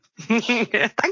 Thank